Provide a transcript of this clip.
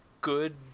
good